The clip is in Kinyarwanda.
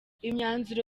imyanzuro